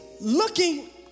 looking